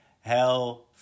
hell